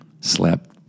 slept